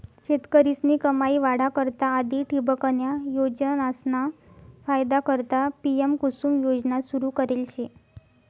शेतकरीस्नी कमाई वाढा करता आधी ठिबकन्या योजनासना फायदा करता पी.एम.कुसुम योजना सुरू करेल शे